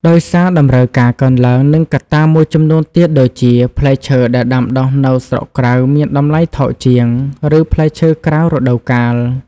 ដោយសារតម្រូវការកើនឡើង និងកត្តាមួយចំនួនទៀតដូចជា ផ្លែឈើដែលដាំដុះនៅស្រុកក្រៅមានតម្លៃថោកជាង ឬផ្លែឈើក្រៅរដូវកាល។